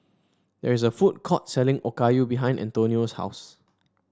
there is a food court selling Okayu behind Antonio's house